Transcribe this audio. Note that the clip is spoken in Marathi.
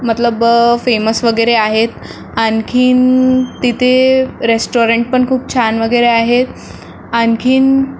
मतलब फेमस वगैरे आहेत आणखीन तिथे रेस्टॉरंट पण खूप छान वगैरे आहेत आणखीन